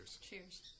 Cheers